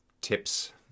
Tips